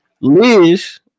Liz